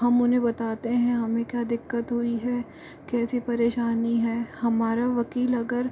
हम उन्हें बताते हैं हमें क्या दिक्कत हुई है कैसे परेशानी है हमारा वकील अगर